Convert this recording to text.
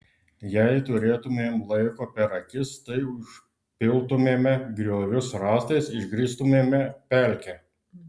jei turėtumėm laiko per akis tai užpiltumėme griovius rąstais išgrįstumėme pelkę